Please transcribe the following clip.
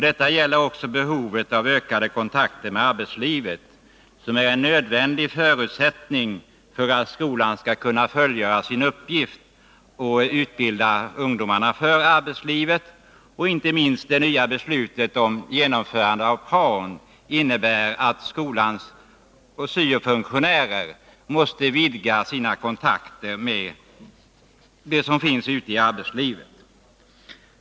Detta gäller också behovet av ökade kontakter med arbetslivet, som är en nödvändig förutsättning för att skolan skall kunna fullgöra sin uppgift att utbilda ungdomarna för arbetslivet. Inte minst det nya beslutet om genomförande av prao innebär att skolans syo-funktionärer måste vidga sina kontakter med arbetslivet.